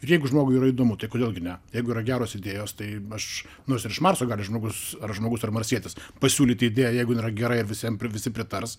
ir jeigu žmogui yra įdomu tai kodėl gi ne jeigu yra geros idėjos tai aš nors ir iš marso gali žmogus ar žmogus ar marsietis pasiūlyti idėją jeigu jinai yra gera visiem visi pritars